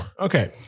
Okay